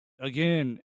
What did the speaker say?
again